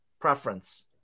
preference